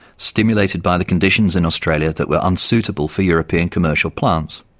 stimulated by the conditions in australia that were unsuitable for european commercial plants.